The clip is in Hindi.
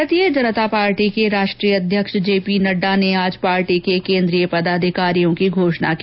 भारतीय जनता पार्टी के राष्ट्रीय अध्यक्ष जेपी नड्डा ने आज पार्टी के केन्द्रीय पदाधिकारियों की घोषणा की